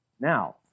Now